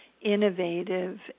innovative